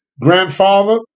grandfather